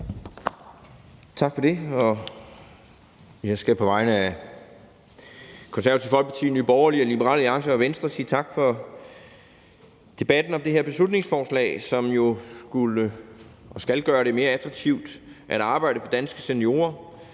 Tak for det. Jeg skal på vegne af Det Konservative Folkeparti, Nye Borgerlige, Liberal Alliance og Venstre sige tak for debatten om det her beslutningsforslag, som jo skal gøre det mere attraktivt for danske seniorer